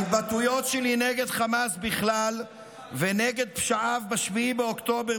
ההתבטאויות שלי נגד חמאס בכלל ונגד פשעיו ב-7 באוקטובר